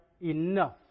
enough